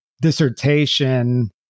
dissertation